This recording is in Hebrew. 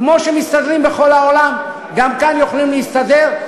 כמו שמסתדרים בכל העולם, גם כאן יכולים להסתדר.